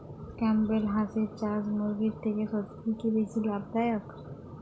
Campbell হাঁসের চাষ মুরগির থেকে সত্যিই কি বেশি লাভ দায়ক?